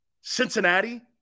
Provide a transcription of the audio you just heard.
Cincinnati